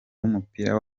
w’umupira